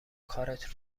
کارت